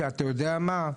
שאתה יודע מה?